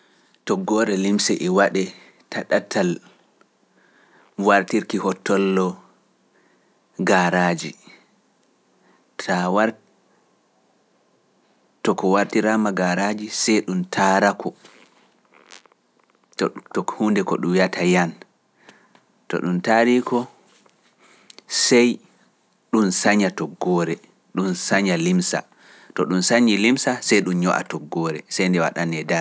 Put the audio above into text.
Toggoore limse e waɗee ta ɗatal wartirki hottollo gaaraaji. Ta a wart- to ko wartiraama gaaraaji sey ɗum taarako to huunde nde ɗum wi'ata yang, to ɗum taariiko, sey ɗum sanya toggoore, ɗum sanya limsa, to ɗum sanyii limsa sey ɗum nyo'a toggoore, sey nde waɗanee daande.